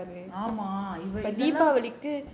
ஆமா இதெல்லாம்:aama ithellaam